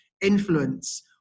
influence